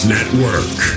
Network